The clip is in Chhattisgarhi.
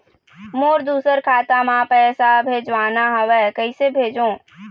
मोर दुसर खाता मा पैसा भेजवाना हवे, कइसे भेजों?